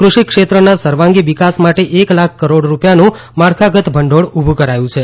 કૃષિ ક્ષેત્રના સર્વાગી વિકાસ માટે એક લાખ કરોડ રૂપીયાનું માળખાગત ભંડોળ ઉભુ કરાયું છે